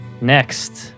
next